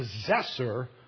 possessor